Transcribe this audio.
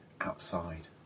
outside